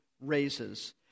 raises